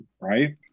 right